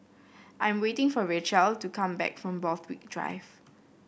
I'm waiting for Racheal to come back from Borthwick Drive